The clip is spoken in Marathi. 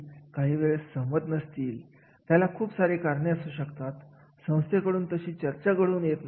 एखादा व्यक्ती जर विशेषज्ञ असेल तर निश्चितपणे त्याने खूप चांगल्या पद्धतीने कार्याचे मूल्यांकन करावे असे अपेक्षित असते